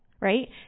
right